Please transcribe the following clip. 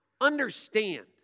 understand